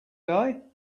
day